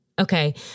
Okay